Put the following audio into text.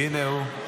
הינה הוא.